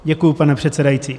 Děkuji, pane předsedající.